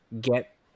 get